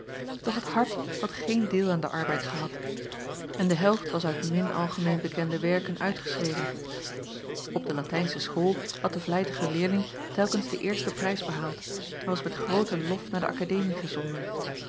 doch het hart had geen deel aan den arbeid gehad en de helft was uit min algemeen bekende werken uitgeschreven op de latijnsche school had de vlijtige leerling telkens den eersten prijs behaald en was met grooten lof naar de akademie gezonden